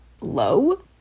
low